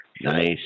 nice